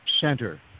center